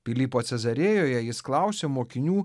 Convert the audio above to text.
pilypo cezarėjoje jis klausė mokinių